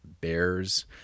bears